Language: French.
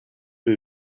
les